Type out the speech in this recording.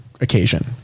occasion